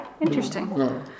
Interesting